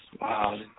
Wow